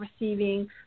receiving